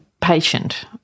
patient